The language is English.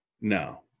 No